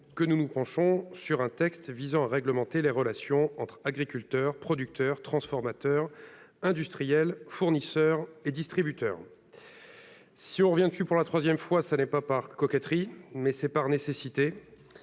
que nous nous penchons sur un texte visant à réglementer les relations entre agriculteurs, producteurs, transformateurs, industriels, fournisseurs et distributeurs. Si nous y revenons, c'est non pas par coquetterie, mais par nécessité.